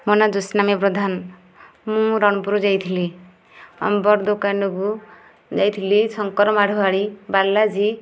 ମୋ ନାଁ ଜ୍ୟୋତ୍ସ୍ନାମୟୀ ପ୍ରଧାନ ମୁଁ ରଣପୁର ଯାଇଥିଲି ଅମ୍ବର ଦୋକାନକୁ ଯାଇଥିଲି ଶଙ୍କର ମାଢୁଆଳୀ ବାଲାଜୀ